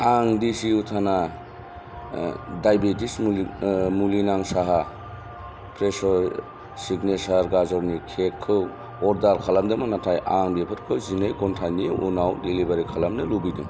आं देसि उथाना डायबेटिसनि मुलि मुलिनां साहा आरो फ्रेश' सिगनेसार गाजरनि केकखौ अर्डार खालामदोंमोन नाथाय आं बेफोरखौ जिनै घन्टा नि उ नाव डेलिबारि खालामनो लुबैदों